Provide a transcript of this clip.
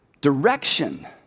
direction